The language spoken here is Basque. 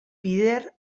bider